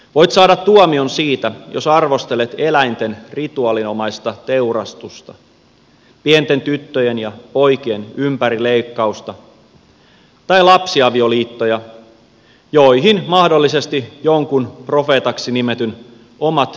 voit saada tuomion siitä jos arvostelet eläinten rituaalinomaista teurastusta pienten tyttöjen ja poikien ympärileikkausta tai lapsiavioliittoja joihin mahdollisesti jonkun profeetaksi nimetyn omat mieltymykset muka oikeuttavat